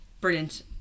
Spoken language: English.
brilliant